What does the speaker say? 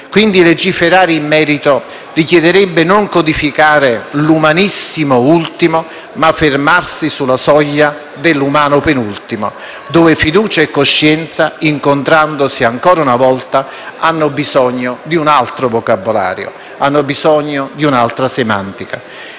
Quindi legiferare in merito richiederebbe non codificare l'umanissimo «ultimo» ma fermarsi sulla soglia dell'umano «penultimo» dove fiducia e coscienza, incontrandosi ancora una volta, hanno bisogno di un altro vocabolario, di un'altra semantica.